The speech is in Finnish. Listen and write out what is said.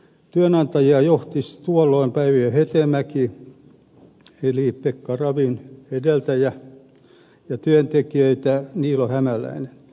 työnantajia johti tuolloin päiviö hetemäki eli pekka ravin edeltäjä ja työntekijöitä niilo hämäläinen